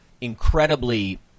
incredibly